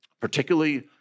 particularly